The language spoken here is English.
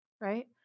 right